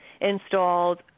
installed